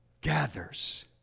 gathers